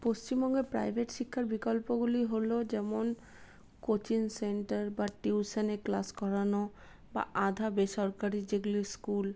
পশ্চিমবঙ্গের প্রাইভেট শিক্ষার বিকল্পগুলি হল যেমন কোচিং সেন্টার বা টিউশানে ক্লাস করানো বা আধা বেসরকারি যেগুলো স্কুল